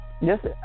yes